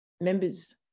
members